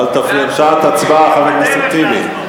אל תפריע בשעת הצבעה, חבר הכנסת טיבי.